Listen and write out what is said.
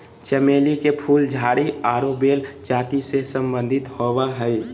चमेली के फूल झाड़ी आरो बेल जाति से संबंधित होबो हइ